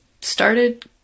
started